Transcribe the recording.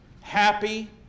happy